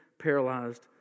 paralyzed